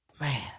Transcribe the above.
Man